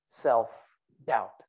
self-doubt